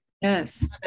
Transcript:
Yes